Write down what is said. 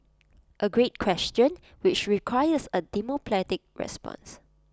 A great question which requires A diplomatic response